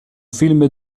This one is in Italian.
film